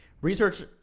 Research